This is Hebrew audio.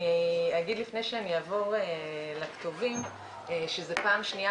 לפני שאעבור לכתובים אומר שזו פעם שנייה